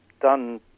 done